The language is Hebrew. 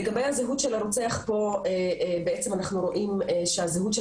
לגבי הזהות של הרוצח פה אנחנו רואים שהזהות של